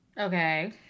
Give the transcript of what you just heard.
Okay